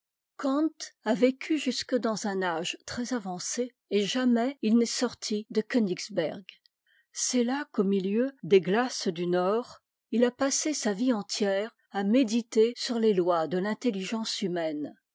a vécu jusque dans un âge très avancé et jamais il n'est sorti de kœnigsherg c'est là qu'au milieu des glaces du nord il a passé sa vie entière à méditer sur les lois de l'intelligence humaine